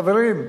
חברים,